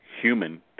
human